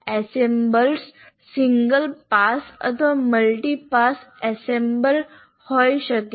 assemblers single pass અથવા multi pass assemblers હોઈ શકે છે